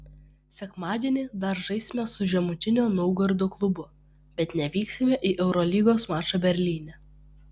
sekmadienį dar žaisime su žemutinio naugardo klubu bet nevyksime į eurolygos mačą berlyne